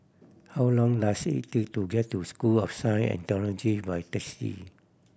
how long does it take to get to School of Science and Technology by taxi